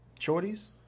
shorties